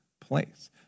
place